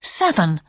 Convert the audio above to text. seven